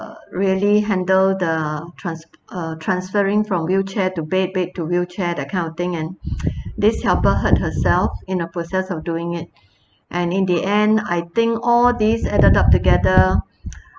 uh really handle the trans~ uh transferring from wheelchair to bed bed to wheelchair that kind of thing and this helper hurt herself in a process of doing it and in the end I think all these added up together